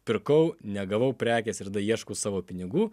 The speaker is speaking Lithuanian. pirkau negavau prekės ir du ieško savo pinigų